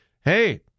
hey